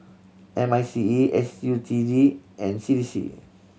M I C E S U T D and C D C